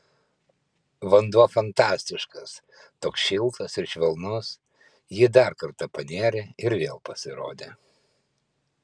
vanduo fantastiškas toks šiltas ir švelnus ji dar kartą panėrė ir vėl pasirodė